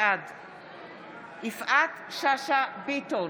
בעד יפעת שאשא ביטון,